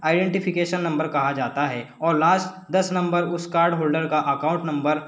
identification number कहा जाता है और लास्ट दस नंबर उस कार्ड होल्डर का अकाउंट नंबर